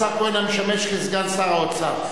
השר כהן המשמש סגן שר האוצר.